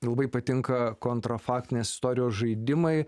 labai patinka kontrafaktinės istorijos žaidimai